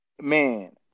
man